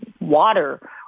water